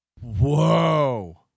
Whoa